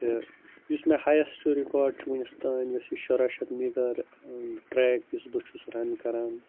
تہٕ یُس مےٚ ہَیَسٹ رِکاڈ چھُ وٕنِس تام یۄس یہِ شُراہ شَتھ میٖٹَر ٹرٛیک یُس بہٕ چھُس رَن کَران